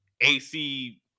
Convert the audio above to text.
AC